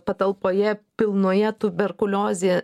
patalpoje pilnoje tuberkuliozė